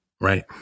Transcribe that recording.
right